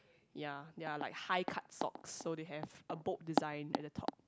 ya ya like high cut socks so they have a bolt design at the top